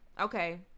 Okay